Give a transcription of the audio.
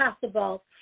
possible